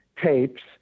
tapes